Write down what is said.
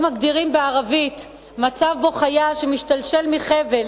מגדירים בערבית מצב שבו חייל שמשתלשל מחבל